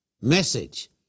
message